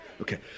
Okay